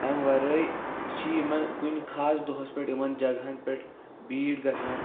اَمہِ وَرٲے چھِ یِمَن کُنہِ خاص دۄہَس پٮ۪ٹھ یِمَن جگہن پٮ۪ٹھ بھیٖڑ گژھان